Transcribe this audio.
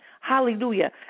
Hallelujah